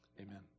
Amen